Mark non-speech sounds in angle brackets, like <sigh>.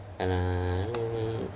<noise>